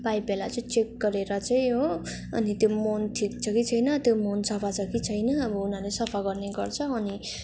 पाइपहरूलाई चाहिँ चेक गरेर चाहिँ हो अनि त्यो मुहान ठिक छ कि छैन त्यो मुहान सफा छ कि छैन अब उनीहरूले सफा गर्ने गर्छ अनि